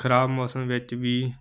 ਖ਼ਰਾਬ ਮੌਸਮ ਵਿੱਚ ਵੀ